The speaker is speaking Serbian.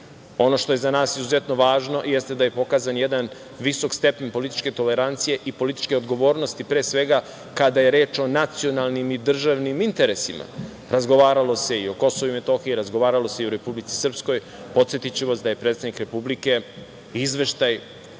Ono što je za nas izuzetno važno jeste da je pokazan jedan visok stepen političke tolerancije i političke odgovornosti, pre svega kada je reč o nacionalnim i državnim interesima, razgovaralo se i o KiM, razgovaralo se i o Republici Srpskoj. Podsetiću vas da je predsednik Republike izveštaj